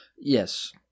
Yes